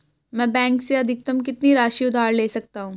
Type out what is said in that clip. मैं बैंक से अधिकतम कितनी राशि उधार ले सकता हूँ?